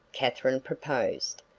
katherine proposed.